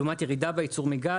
לעומת ירידה בייצור מגז.